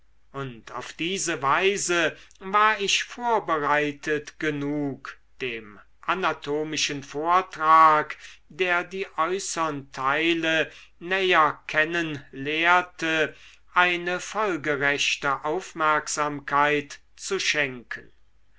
und auf diese weise war ich vorbereitet genug dem anatomischen vortrag der die äußern teile näher kennen lehrte eine folgerechte aufmerksamkeit zu schenken